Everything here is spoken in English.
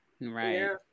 right